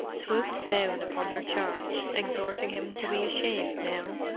swooped down upon her charge, exhorting him to be ashamed, now,